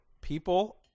People